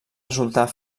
resultar